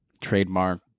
trademark